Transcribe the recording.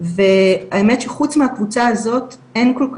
והאמת שחוץ מהקבוצה הזאת אין כל כך,